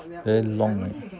very long eh